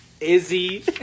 Izzy